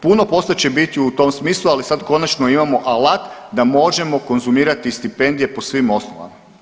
Puno posla će biti u tom smislu ali sad konačno imamo alat da možemo konzumirati i stipendije po svim osnovama.